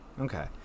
Okay